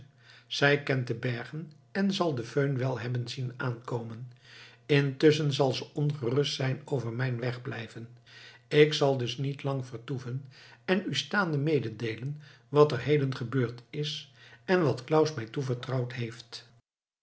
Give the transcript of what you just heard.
zij kent de bergen en zal de föhn wel hebben zien aankomen intusschen zal ze ongerust zijn over mijn wegblijven ik zal dus niet lang vertoeven en u staande mededeelen wat er heden gebeurd is en wat claus mij toevertrouwd heeft